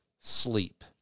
sleep